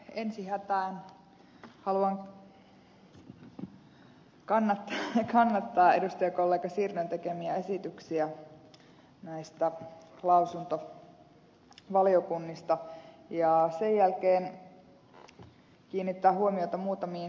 ensi hätään haluan kannattaa edustajakollega sirnön tekemiä esityksiä näistä lausuntovaliokunnista ja sen jälkeen kiinnittää huomiota muutamiin tärkeisiin asioihin